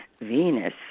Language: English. Venus